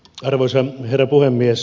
arvoisa herra puhemies